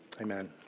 Amen